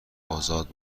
ازاد